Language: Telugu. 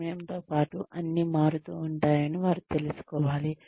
సమయం తో పాటు అన్ని మారుతూ ఉంటాయని వారు తెలుసుకోవాలి